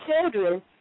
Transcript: children